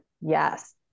yes